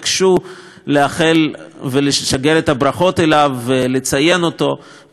מאוד לאחל ולשגר ברכות ולציין אותו הוא חג החנוכה.